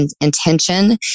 intention